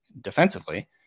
defensively